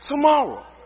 tomorrow